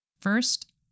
First